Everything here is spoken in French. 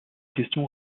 questions